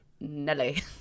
Nelly